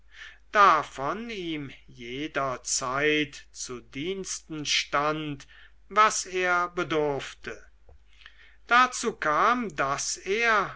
davon ihm jederzeit zu diensten stand was er bedurfte dazu kam daß er